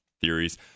theories